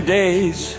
days